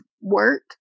work